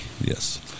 Yes